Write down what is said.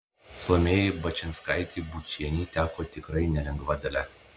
salomėjai bačinskaitei bučienei teko tikrai nelengva dalia